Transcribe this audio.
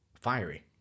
fiery